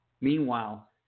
Meanwhile